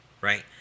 right